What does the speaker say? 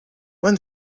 when